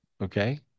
Okay